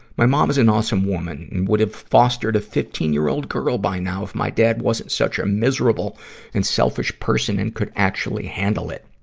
my mom is an and awesome woman and would have fostered a fifteen year old girl by now, if my dad wasn't such a miserable and selfish person and could actually handle it.